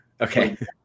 Okay